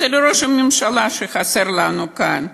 אצל ראש הממשלה, שחסר לנו כאן.